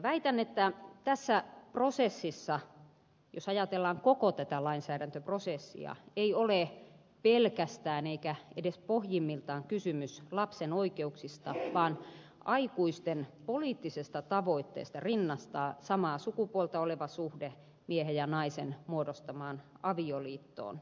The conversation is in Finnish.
väitän että tässä prosessissa jos ajatellaan koko tätä lainsäädäntöprosessia ei ole pelkästään eikä edes pohjimmiltaan kysymys lapsen oikeuksista vaan aikuisten poliittisesta tavoitteesta rinnastaa samaa sukupuolta olevien suhde miehen ja naisen muodostamaan avioliittoon